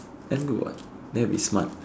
then good what then it will be smart